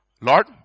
Lord